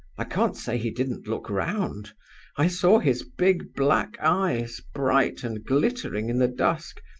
i can't say he didn't look round i saw his big black eyes, bright and glittering in the dusk,